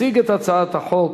לוועדת העבודה,